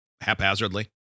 haphazardly